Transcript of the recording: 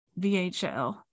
VHL